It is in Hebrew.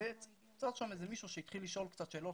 והיה שם מישהו שהתחיל לשאול קצת שאלות